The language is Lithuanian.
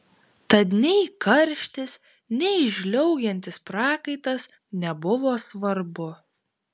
tad nei karštis nei žliaugiantis prakaitas nebuvo svarbu